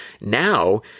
Now